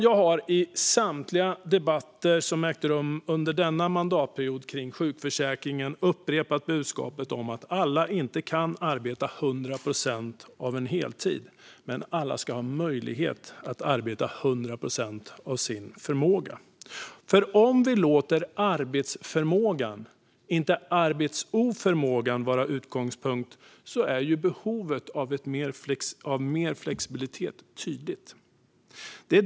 Under denna mandatperiod har jag i samtliga debatter om sjukförsäkringen upprepat budskapet att alla inte kan arbeta 100 procent av en heltid men att alla ska ha möjlighet att arbeta 100 procent av sin förmåga. Låter vi arbetsförmågan, inte arbetsoförmågan, vara utgångspunkten blir behovet av mer flexibilitet tydligt.